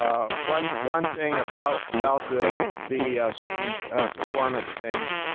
um one one thing about about the the student performance things,